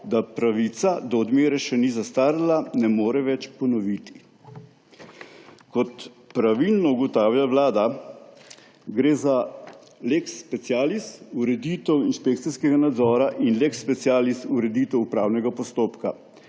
da pravica do odmere še ni zastarala, ne more več ponoviti. Kot pravilno ugotavlja Vlada, gre za lex specialis ureditev inšpekcijskega nadzora in lex specialis ureditev upravnega postopka.